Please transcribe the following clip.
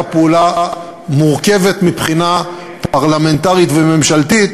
פעולה מורכבת מבחינה פרלמנטרית וממשלתית,